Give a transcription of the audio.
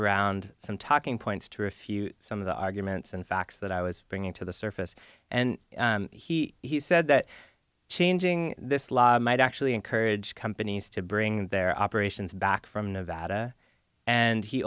around some talking points to a few some of the arguments and facts that i was bringing to the surface and he said that changing this law might actually encourage companies to bring their operations back from nevada and he